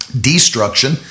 destruction